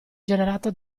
generato